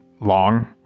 long